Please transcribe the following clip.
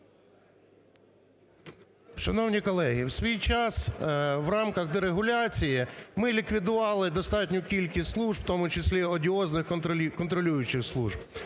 Шановні колеги, в свій час в рамках дерегуляції ми ліквідували достатню кількість служб, в тому числі і одіозних контролюючих служб.